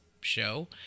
show